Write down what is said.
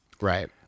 right